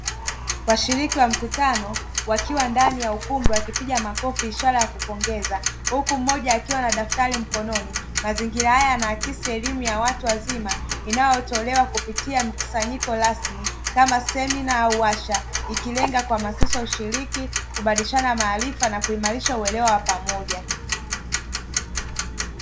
Washiriki wa mkutano, wakiwa ndani ya ukumbi wakipiga makofi ishara ya kupongeza. Huku mmoja akiwa na daftari mkononi. Mazingira haya yanaakisi elimu ya watu wazima, inayotolewa kupitia mikusanyiko rasmi kama semina au washa. Ikilenga kuhamasisha ushiriki kubadilishana maarifa na kuimarisha uelewa wa pamoja.